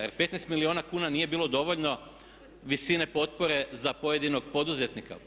Jer 15 milijuna kuna nije bilo dovoljno visine potpore za pojedinog poduzetnika?